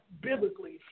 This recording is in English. biblically